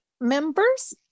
members